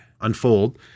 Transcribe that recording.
unfold